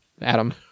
Adam